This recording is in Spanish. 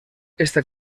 este